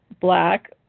black